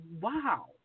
wow